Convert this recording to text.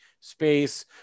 space